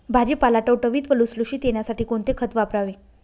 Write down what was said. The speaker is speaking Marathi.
भाजीपाला टवटवीत व लुसलुशीत येण्यासाठी कोणते खत वापरावे?